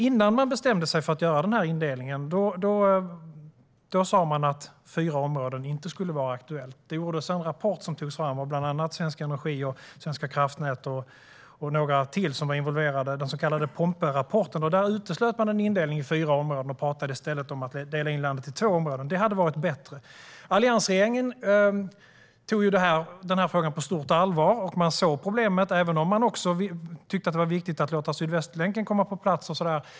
Innan man bestämde sig för att göra den här indelningen sas det att det inte var aktuellt med fyra områden. Bland andra Svensk Energi och Svenska kraftnät tog fram en rapport, den så kallade Pomperapporten, i vilken man uteslöt en indelning i fyra områden. Man talade i stället om att dela in landet i två områden. Det hade varit bättre. Alliansregeringen tog frågan på stort allvar. Man såg problemet, även om man också tyckte att det var viktigt att få Sydvästlänken på plats.